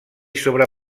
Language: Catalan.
sobre